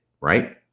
right